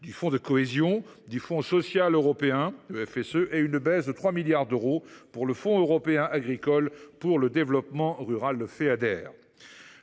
du Fonds de cohésion, du Fonds social européen (FSE) et par une baisse de 3 milliards d’euros du Fonds européen agricole pour le développement rural (Feader).